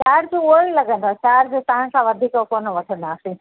charge उहो ई लॻंदव चार्ज तव्हां सां वधीक कोन्ह वठंदासीं